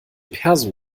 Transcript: perso